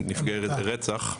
ונפגעי רצח.